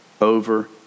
over